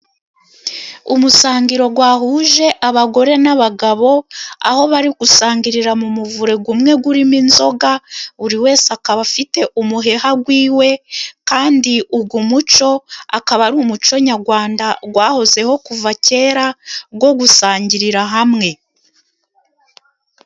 Umusangiro wahuje abagore n'abagabo， aho bari gusangirira mu muvure， umwe urimo inzoga, buri wese akaba afite umuheha w'iwe，kandi uyu muco akaba ari, umuco nyarwanda wahozeho kuva kera, wo gusangirira hamwe.